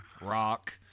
rock